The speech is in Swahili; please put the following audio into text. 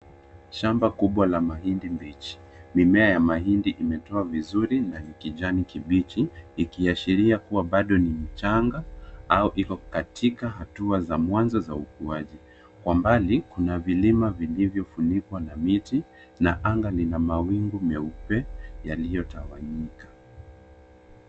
Shamba kubwa la mahindi mbichi. Mimea ya mahindi imetua vizuri na kijani kibichi ikiashiria kuwa bado ni mchanga au iko katika hatua za mwanzo za ukuaji. Kwa mbali kuna vilima vilivyofunikwa na miti. Na anga lina mawingu meupe yaliyotawanyika.